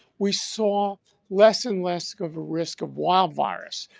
we saw less and less of a risk of wild virus.